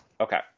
okay